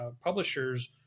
publishers